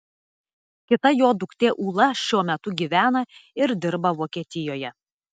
kita jo duktė ūla šiuo metu gyvena ir dirba vokietijoje